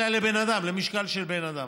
אלא לבן אדם, למשקל של בן אדם.